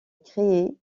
créés